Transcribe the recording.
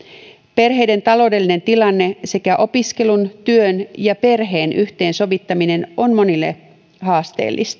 perheiden taloudellinen tilanne sekä opiskelun työn ja perheen yhteensovittaminen ovat monille haasteellisia